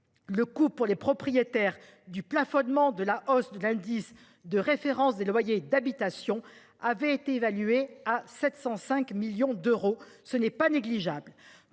le coût pour les propriétaires du plafonnement de la hausse de l'indice de référence des loyers d'habitation avait été évalué à 705 millions d'euros. Ce n'est pas négligeable